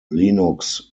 linux